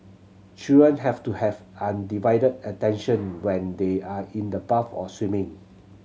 children have to have undivided attention when they are in the bath or swimming